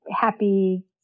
happy